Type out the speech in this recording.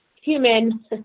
human